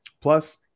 Plus